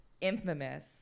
infamous